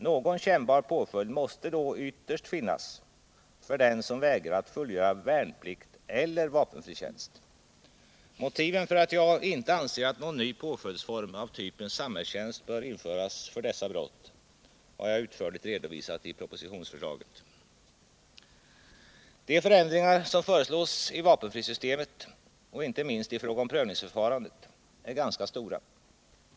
Någon kännbar påföljd måste då ytterst finnas för den som vägrar att fullgöra värnplikt eller vapenfri tjänst. Motiven för att jag inte anser att någon ny påföljdsform av typen samhällstjänst bör införas för dessa brott har jag utförligt redovisat i propositionsförslaget. De förändringar som föreslås i vapenfrisystemet och inte minst i fråga om prövningsförfarandet är ganska stora.